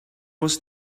was